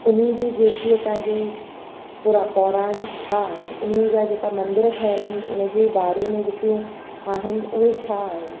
उन जूं जेकी असांजो पुरा पौराणिक छा आहे उन जा जेका मंदर ठहियलु आइन उन जे बारे में जेकियूं आहिनि उहे छा आहे